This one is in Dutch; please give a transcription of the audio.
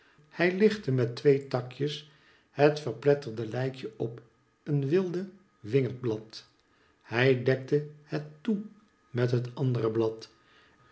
hij lichtte met twee takjes het verpletterde lijkje op een wilde wingerdblad hij dekte het toe met het andere blad